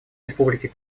республики